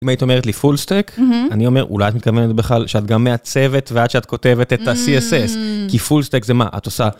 אם היית אומרת לי full stack אני אומר אולי את מתכוונת בכלל שאת גם מעצבת ועד שאת כותבת את הcss כי full stack זה מה, את עושה.